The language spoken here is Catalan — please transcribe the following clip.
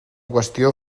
qüestió